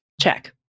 Check